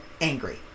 angry